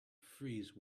freeze